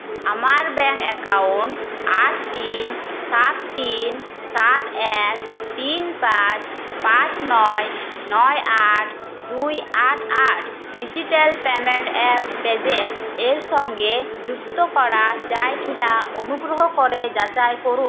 আমার bank account আট তিন সাত তিন সাত এক তিন পাঁচ পাঁচ নয় নয় আট দুই আট আট ডিজিটাল পেমেন্ট অ্যাপ পেজ্যাপ এর সঙ্গে যুক্ত করা যায় কি না অনুগ্রহ করে যাচাই করুন